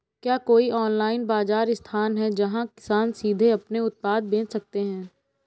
क्या कोई ऑनलाइन बाज़ार स्थान है जहाँ किसान सीधे अपने उत्पाद बेच सकते हैं?